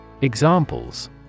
Examples